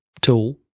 tool